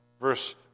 Verse